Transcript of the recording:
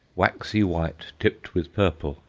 waxy white tipped with purple,